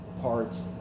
parts